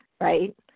right